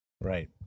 Right